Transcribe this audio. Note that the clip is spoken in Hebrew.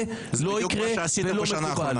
זה לא יקרה ולא מקובל.